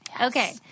Okay